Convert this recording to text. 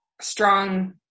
strong –